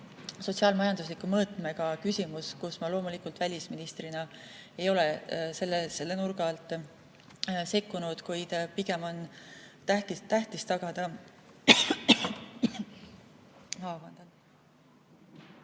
sotsiaal-majandusliku mõõtmega küsimus, kus ma loomulikult välisministrina ei ole selle nurga alt sekkunud. Kuid pigem on tähtis tagada ...